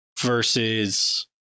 versus